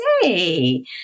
Say